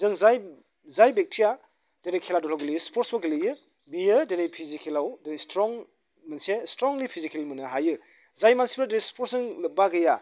जों जाय जाय बेक्तिया दिनै खेला दुलायाव गेलेयो स्पर्टसआव गेलेयो बियो दिनै फिजिकेलाव दिनै स्ट्रं मोनसे स्ट्रंलि फिजिकेल मोननो हायो जाय मानसिफोरदि स्पर्टसजों लोब्बा गैया